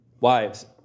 Wives